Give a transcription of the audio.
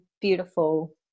beautiful